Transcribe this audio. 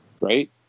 right